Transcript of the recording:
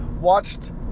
watched